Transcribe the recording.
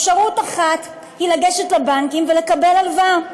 אפשרות אחת היא לגשת לבנקים ולקבל הלוואה,